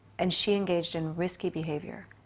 and she engaged in risky behavior.